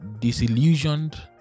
disillusioned